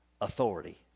authority